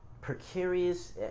precarious